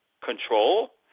control